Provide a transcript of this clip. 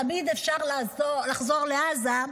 תמיד אפשר לחזור לעזה,